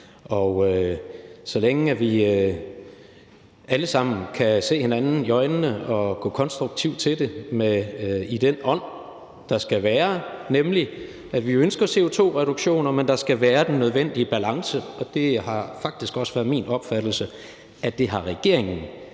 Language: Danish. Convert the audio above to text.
Så længe vi alle sammen kan se hinanden i øjnene og gå konstruktivt til det i den ånd, der skal være, nemlig at vi ønsker CO2-reduktioner, men at der skal være den nødvendige balance – og det har faktisk også været min opfattelse, at det har regeringen